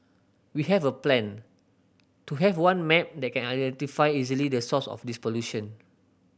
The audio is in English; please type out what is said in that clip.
we have a plan to have one map that can identify easily the source of this pollution